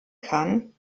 kann